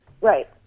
Right